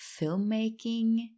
filmmaking